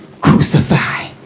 crucify